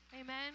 Amen